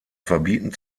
verbieten